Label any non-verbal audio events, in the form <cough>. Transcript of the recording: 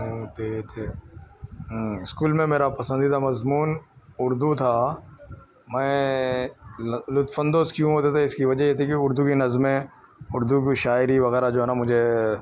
<unintelligible> school میں میرا پسندیدہ مضمون اردو تھا میں لطف اندوز کیوں ہوتے تھے اس کی وجہ یہ تھی کہ اردو کی نظمیں اردو کی شاعری وغیرہ جو ہے نا مجھے